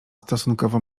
stosunkowo